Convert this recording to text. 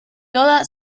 toda